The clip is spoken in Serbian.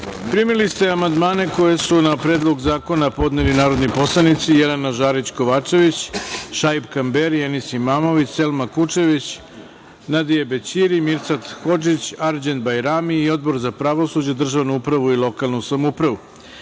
ste amandmane koje su na predlog zakona podneli narodni poslanici Jelena Žarić Kovačević, Šaip Kamberi, Enis Imamović i Selma Kučević, Nadije Bećiri, Mirsad Hodžić, Arđend Bajrami i Odbor za pravosuđe, državnu upravu i lokalnu samoupravu. Primili